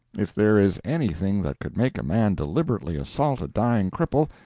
if there is anything that could make a man deliberately assault a dying cripple,